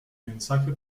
mensaje